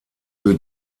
für